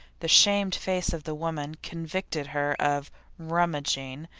the shamed face of the woman convicted her of rummaging,